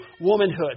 womanhood